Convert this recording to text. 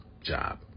job